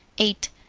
eight.